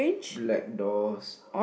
black doors